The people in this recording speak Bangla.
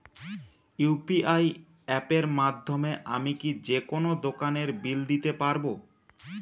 ইউ.পি.আই অ্যাপের মাধ্যমে আমি কি যেকোনো দোকানের বিল দিতে পারবো?